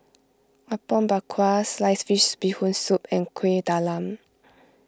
Apom Berkuah Sliced Fish Bee Hoon Soup and Kueh Talam